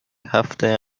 هفته